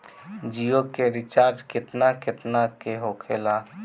जियो के रिचार्ज केतना केतना के होखे ला?